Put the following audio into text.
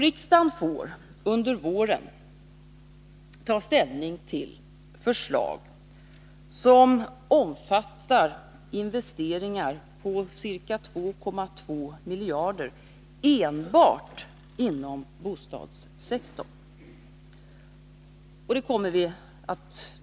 Riksdagen får under våren ta ställning till förslag som omfattar investeringar på ca 2,2 miljarder kronor enbart inom bostadssektorn.